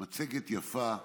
מצגת יפה,